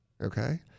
okay